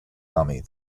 army